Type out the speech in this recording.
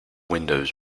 windows